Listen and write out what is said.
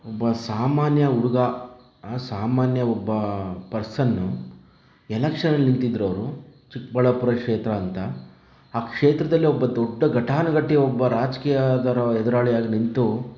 ಒಬ್ಬ ಸಾಮಾನ್ಯ ಹುಡುಗ ಆ ಸಾಮಾನ್ಯ ಒಬ್ಬ ಪರ್ಸನ್ ಎಲೆಕ್ಷನಲ್ಲಿ ನಿಂತಿದ್ರು ಅವರು ಚಿಕ್ಕಬಳ್ಳಾಪುರ ಕ್ಷೇತ್ರ ಅಂತ ಆ ಕ್ಷೇತ್ರದಲ್ಲಿ ಒಬ್ಬ ದೊಡ್ಡ ಘಟಾನುಘಟಿ ಒಬ್ಬ ರಾಜಕೀಯದ ಎದುರಾಳಿ ಆಗಿ ನಿಂತು